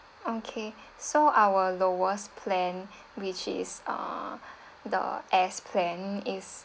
okay so our lowest plan which is uh the S plan is